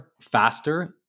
faster